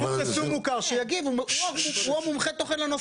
הוא אמון בין היתר על היישום של חוק פסולת אלקטרונית.